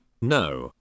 No